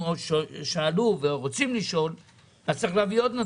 שאלו ורוצים לשאול אז צריך להביא עוד נציג.